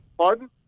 Pardon